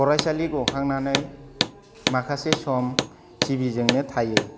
फरायसालि गखांनानै माखासे सम टि बि जोंनो थायो